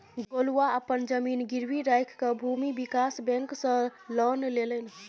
गोलुआ अपन जमीन गिरवी राखिकए भूमि विकास बैंक सँ लोन लेलनि